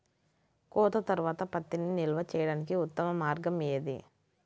కోత తర్వాత పత్తిని నిల్వ చేయడానికి ఉత్తమ మార్గం ఏది?